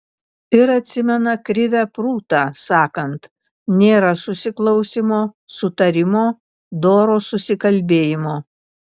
ir atsimena krivę prūtą sakant nėra susiklausymo sutarimo doro susikalbėjimo